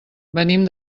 venim